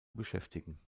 beschäftigen